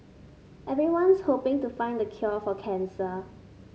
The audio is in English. everyone's hoping to find the cure for cancer